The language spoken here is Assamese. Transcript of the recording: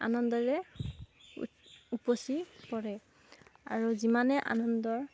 আনন্দৰে উত উপচি পৰে আৰু যিমানেই আনন্দৰ